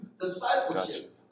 discipleship